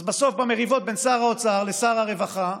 אז בסוף, במריבות בין שר האוצר לשר הרווחה,